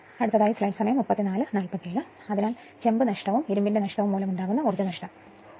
അതിനാൽ ചെമ്പ് നഷ്ടവും ഇരുമ്പിന്റെ നഷ്ടവും മൂലം ഉണ്ടാകുന്ന ഊർജ്ജനഷ്ടം 2